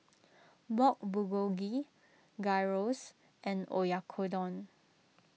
Pork Bulgogi Gyros and Oyakodon